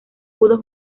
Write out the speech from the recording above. pudo